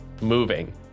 moving